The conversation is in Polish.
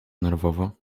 nerwowo